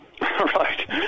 Right